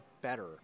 better